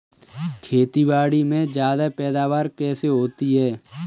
खेतीबाड़ी में ज्यादा पैदावार कैसे होती है?